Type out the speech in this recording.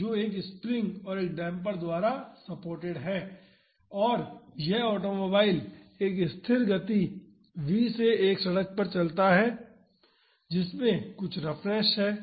जो एक स्प्रिंग और एक डेम्पर द्वारा सपोर्टेड है और यह ऑटोमोबाइल एक स्थिर गति v से एक सड़क पर चलता है जिसमें कुछ रफनेस है